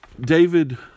David